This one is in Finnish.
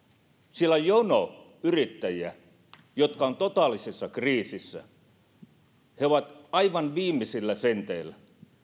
siellä on jono yrittäjiä jotka ovat totaalisessa kriisissä he ovat aivan viimeisillä senteillä